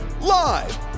live